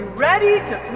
ready to